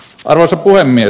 arvoisa puhemies